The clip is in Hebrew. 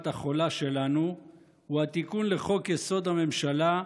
החולה שלנו הוא התיקון לחוק-יסוד: הממשלה,